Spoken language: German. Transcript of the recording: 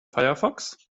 firefox